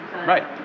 Right